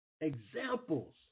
examples